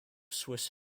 swiss